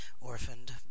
orphaned